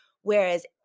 Whereas